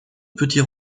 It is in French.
petits